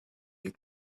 you